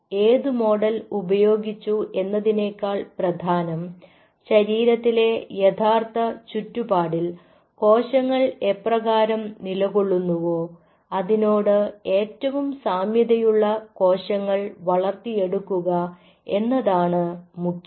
ഏതു മോഡൽ ഉപയോഗിച്ചു എന്നതിനേക്കാൾ പ്രധാനം ശരീരത്തിലെ യഥാർത്ഥ ചുറ്റുപാടിൽ കോശങ്ങൾ എപ്രകാരം നിലകൊള്ളുന്നുവോ അതിനോട് ഏറ്റവും സാമ്യതയുള്ള കോശങ്ങൾ വളർത്തിയെടുക്കുക എന്നതാണ് മുഖ്യം